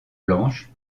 blanches